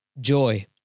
joy